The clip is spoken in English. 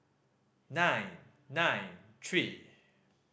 nine nine three